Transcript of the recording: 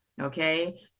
Okay